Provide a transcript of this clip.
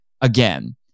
again